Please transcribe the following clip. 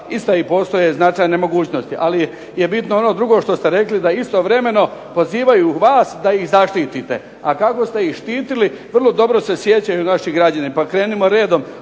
ista i postoje značajne mogućnosti. Ali je bitno ono drugo što ste rekli da istovremeno pozivaju vas da ih zaštitite. A kako ste ih štitili vrlo dobro se sjećaju naši građani, pa krenimo redom